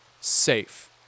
safe